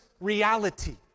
reality